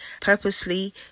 purposely